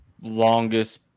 longest